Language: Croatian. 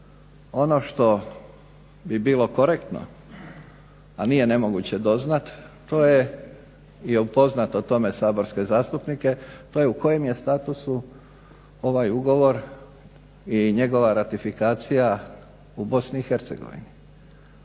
Ono što bi bilo korektno, a nije nemoguće doznati, to je, i upoznati o tome saborske zastupnike, to je u kojem je statusu ovaj ugovor i njegova ratifikacija u BiH.